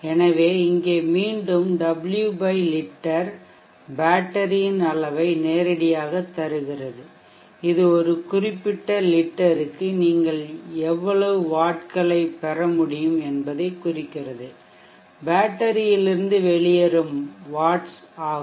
எனவே இங்கே மீண்டும் W லிட்டர் பேட்டரியின் அளவை நேரடியாகத் தருகிறது இது ஒரு குறிப்பிட்ட லிட்டருக்கு நீங்கள் இவ்வளவு வாட்களை பெற முடியும் என்பதைக் குறிக்கிறது பேட்டரியிலிருந்து வெளியேறும் வாட்ஸ் ஆகும்